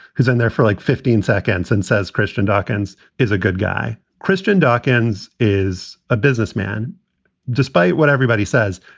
who's been there for like fifteen seconds and says christian dawkins is a good guy. christian dawkins is a businessman despite what everybody says,